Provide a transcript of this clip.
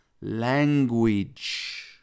language